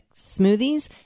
smoothies